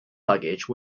luggage